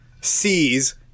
sees